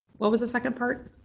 what was the second part?